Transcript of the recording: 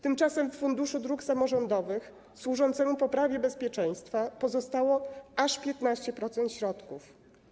Tymczasem w Funduszu Dróg Samorządowych służącemu poprawie bezpieczeństwa pozostało aż 15% środków.